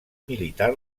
militar